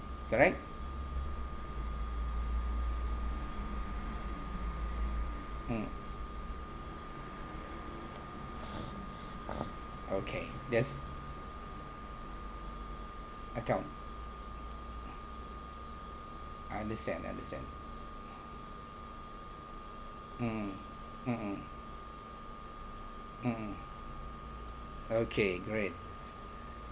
correct mm okay that's account I understand understand mm mmhmm mmhmm okay great